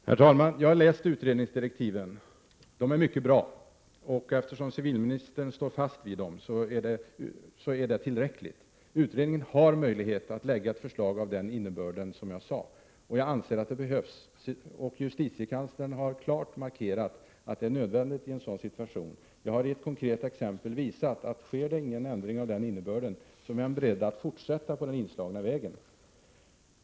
Herr talman! Jag har läst utredningsdirektiven. De är mycket bra. Civilministern står alltså fast vid dem, och det är tillräckligt. Utredningen har möjlighet att lägga fram ett förslag av den innebörd som jag har nämnt. Jag anser att det behövs. Justitiekanslern har klart markerat att det är nödvändigt i en sådan här situation. Jag har med ett konkret exempel visat att man är beredd att fortsätta på den inslagna vägen, om det inte sker någon ändring av här nämnda slag.